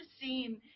seen